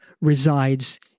resides